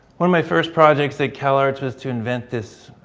one of my first projects that calarts was to invent this,